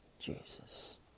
Jesus